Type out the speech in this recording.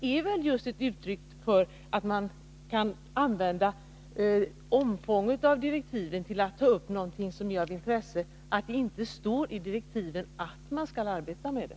Är inte detta ett bevis på socialdemokraternas ointresse för stadsförnyelsefrågor att jag ska behöva aktualisera dem på det här sättet?